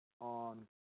on